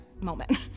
moment